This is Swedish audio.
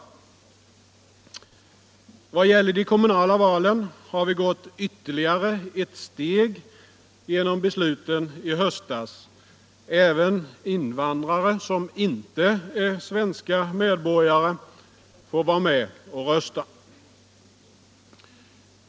Vad gäller de kommunala valen har vi gått ytterligare ett steg genom besluten i höstas: även invandrare som inte är svenska medborgare får vara med och rösta.